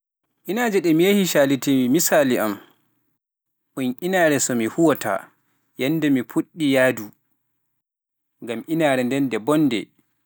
inaaje ɗi mi yahi caalitii-mi misaali am, ɗum inaare so mi huwata, yannde mi fuɗɗi yahdu, ngam inaare nden nde boonnde.